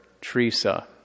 Teresa